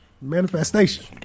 Manifestation